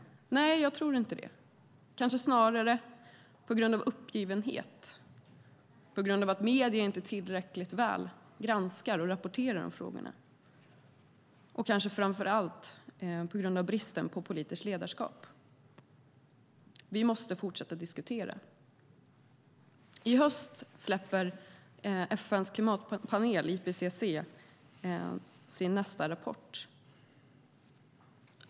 Nej, jag tror inte det. Det var kanske snarare på grund av uppgivenhet och på grund av att medierna inte tillräckligt väl granskar och rapporterar om frågorna, och kanske framför allt på grund av bristen på politiskt ledarskap. Vi måste fortsätta diskutera. I höst släpper FN:s klimatpanel, IPCC, sin nya rapport.